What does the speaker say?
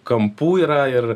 kampų yra ir